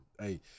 Hey